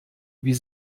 wie